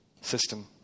system